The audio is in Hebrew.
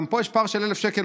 גם פה יש פער של 1,000 שקל,